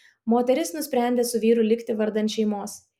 moteris nusprendė su vyru likti vardan šeimos